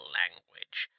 language